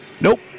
Nope